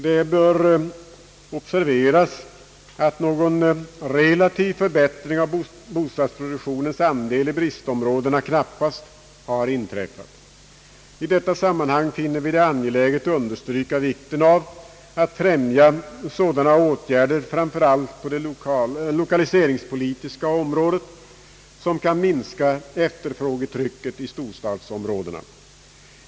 Det bör observeras, att någon relativ förbättring av bostadsproduktionens andel i bristområdena knappast har inträffat. I detta sammanhang finner vi det angeläget understryka vikten av att främja sådana åtgärder, framför allt på det lokaliseringspolitiska området, som kan minska efterfrågetrycket i storstadsområdena.